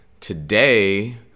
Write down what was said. Today